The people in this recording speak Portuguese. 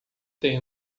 tem